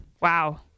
Wow